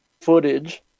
footage